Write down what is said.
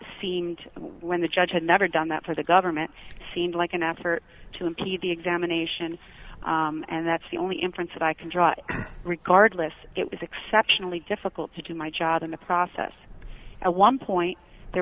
seemed when the judge had never done that for the government seemed like an effort to impede the examination and that's the only inference that i can draw regardless it was exceptionally difficult to do my job in the process at one point there